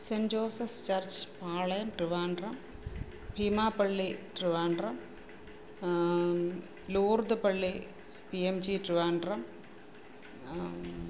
saint Joseph church Palayam Trivandrum Beemapally Trivandrum Lourdes പള്ളി P M G Trivandrum